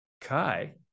Kai